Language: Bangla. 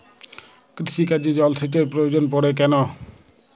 কৃষিকাজে জলসেচের প্রয়োজন পড়ে কেন?